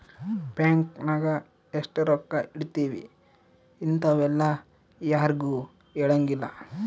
bank ನಾಗ ಎಷ್ಟ ರೊಕ್ಕ ಇಟ್ತೀವಿ ಇಂತವೆಲ್ಲ ಯಾರ್ಗು ಹೆಲಂಗಿಲ್ಲ